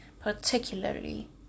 particularly